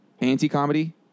anti-comedy